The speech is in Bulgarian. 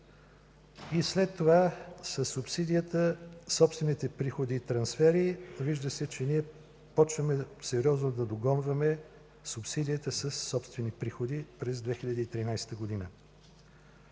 След това са субсидията, собствените приходи и трансфери. Вижда се, че ние започваме сериозно да догонваме субсидията със собствени приходи през 2013 г.